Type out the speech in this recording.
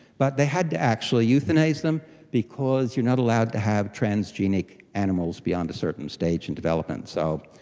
but they had to actually euthanise them because you're not allowed to have transgenic animals beyond a certain stage in development. so,